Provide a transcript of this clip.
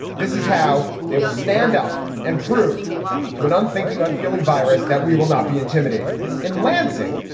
this is how they will stand up and prove to an unthinking, unfeeling virus that we will not be intimidated in lansing.